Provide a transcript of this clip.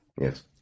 Yes